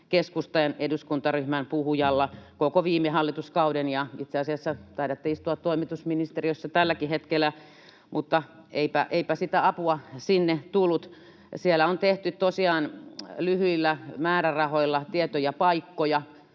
keskustan eduskuntaryhmän puhujalla, koko viime hallituskauden, ja itse asiassa taidatte istua toimitusministeristössä tälläkin hetkellä, mutta eipä sitä apua sinne tullut. Siellä on tehty tosiaan lyhyillä määrärahoilla paikkauksia,